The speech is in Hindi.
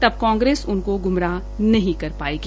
तब कांग्रेस उनको ग्मराह नहीं कर पायेगी